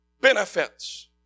benefits